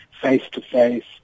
face-to-face